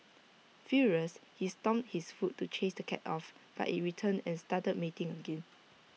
furious he stomped his foot to chase the cat off but IT returned and started mating again